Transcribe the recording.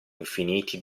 infiniti